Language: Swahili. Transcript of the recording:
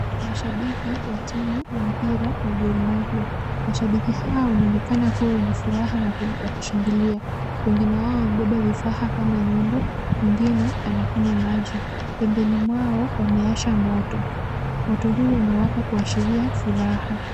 Mashabiki wa timu ya mpira ya Gor Mahia. Mashabiki hawa wanaonekana kuwa wenye furaha na wa kushangilia. Wengine wao wamebeba vifaa kama nyundo, mwingine anakunywa maji. Pembeni mwao wamewasha moto. Moto huu unawaka kuashiria furaha.